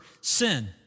sin